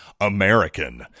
American